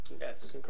yes